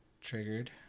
triggered